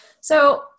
So-